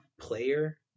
player